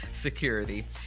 security